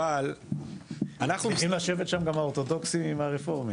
אבל --- צריכים לשבת גם האורתודוכסים הרפורמים.